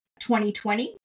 2020